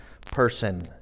person